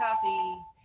coffee